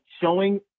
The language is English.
showing